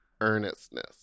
earnestness